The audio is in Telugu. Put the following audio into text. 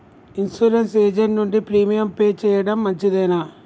ఇన్సూరెన్స్ ఏజెంట్ నుండి ప్రీమియం పే చేయడం మంచిదేనా?